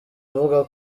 avuga